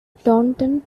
taunton